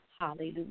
Hallelujah